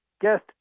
guest